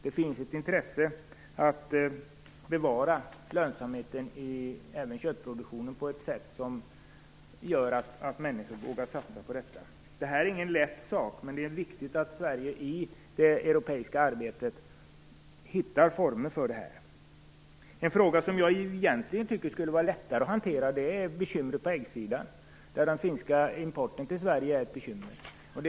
Det finns ett intresse att bevara lönsamheten även i köttproduktionen på ett sätt som gör att människor våga satsa på detta. Det här är ingen lätt sak, men det är viktigt att Sverige i det europeiska arbetet hittar former för det här. En fråga som jag egentligen tycker skulle vara lättare att hantera, är bekymret på äggsidan. Den finska exporten till Sverige är ett bekymmer.